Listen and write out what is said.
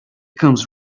comes